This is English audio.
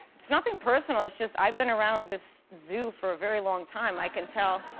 it's nothing personal. it's just i've been around this zoo for a very long time. i can tell.